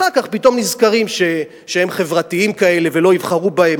אחר כך פתאום נזכרים שהם חברתיים כאלה ולא יבחרו בהם,